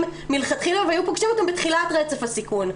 מלכתחילה והיו פוגשים אותם בתחילת רצף הסיכון,